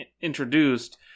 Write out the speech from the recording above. introduced